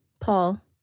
Paul